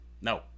No